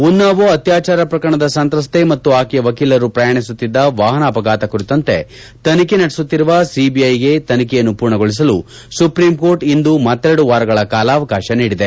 ಉನ್ನವೋ ಅತ್ಯಾಚಾರ ಪ್ರಕರಣದ ಸಂತ್ರಸ್ಲೆ ಮತ್ತು ಆಕೆಯ ವಕೀಲರು ಪ್ರಯಾಣಿಸುತ್ತಿದ್ದ ವಾಹನ ಅಪಘಾತ ಕುರಿತಂತೆ ತನಿಖೆ ನಡೆಸುತ್ತಿರುವ ಸಿಬಿಐಗೆ ತನಿಖೆಯನ್ನು ಪೂರ್ಣಗೊಳಿಸಲು ಸುಪ್ರೀಂಕೋರ್ಟ್ ಇಂದು ಮತ್ತೆರೆಡು ವಾರಗಳ ಕಾಲಾವಕಾಶ ನೀಡಿದೆ